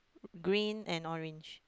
green and orange